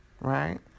right